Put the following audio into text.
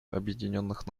объединенных